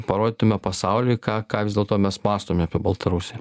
parodytume pasauliui ką ką vis dėlto mes mąstome apie baltarusiją